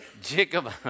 Jacob